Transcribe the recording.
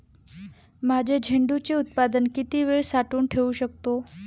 माझे झेंडूचे उत्पादन किती वेळ साठवून ठेवू शकतो?